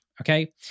Okay